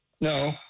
no